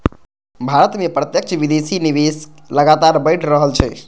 भारत मे प्रत्यक्ष विदेशी निवेश लगातार बढ़ि रहल छै